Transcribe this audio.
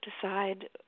decide